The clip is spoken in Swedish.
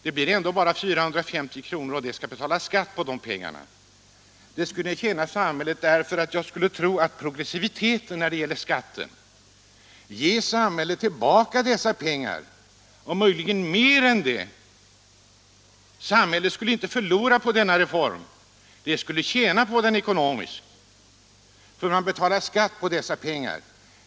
Det blir ändå bara 450 kr., och på dessa pengar får man betala skatt. Samhället skulle tjäna på det, eftersom progressiviteten i skattesystemet skulle ge samhället dessa pengar tillbaka och möjligen mer därtill. Samhället skulle alltså inte förlora på denna reform utan tjäna ekonomiskt på den.